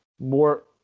More